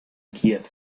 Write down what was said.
kiew